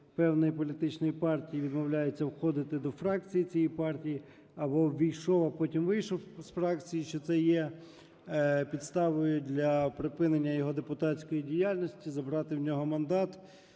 певної політичної партії і відмовляється входити до фракції цієї партії або увійшов, а потім вийшов з фракції, що це є підставою для припинення його депутатської діяльності, забрати в нього мандат